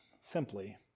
simply